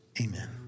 amen